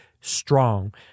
strong